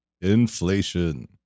inflation